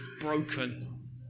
broken